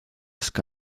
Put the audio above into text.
sky